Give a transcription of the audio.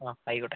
ആ ആയിക്കോട്ടെ